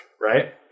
right